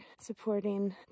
supporting